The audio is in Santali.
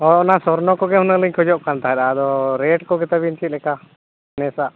ᱦᱳᱭ ᱚᱱᱟ ᱥᱚᱨᱱᱚ ᱠᱚᱜᱮ ᱦᱩᱱᱟᱹᱝᱞᱤᱧ ᱠᱷᱚᱡᱚᱜ ᱠᱟᱱ ᱛᱟᱦᱮᱸᱫ ᱟᱫᱚ ᱨᱮᱴ ᱠᱚᱜᱮ ᱛᱟᱵᱤᱱ ᱪᱮᱫ ᱞᱮᱠᱟ ᱱᱮᱥᱟᱜ